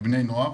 בבני נוער,